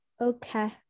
okay